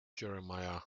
jeremiah